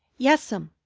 yes'm,